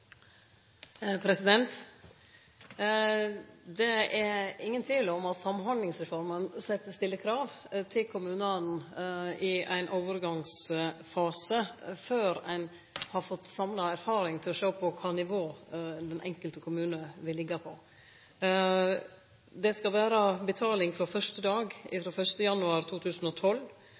Det er ingen tvil om at Samhandlingsreforma stiller krav til kommunane i ein overgangsfase før ein har fått samla erfaring for å sjå på kva nivå den enkelte kommunen vil liggje på. Det skal vere betaling frå første dag frå 1. januar 2012.